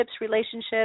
relationships